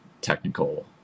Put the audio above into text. technical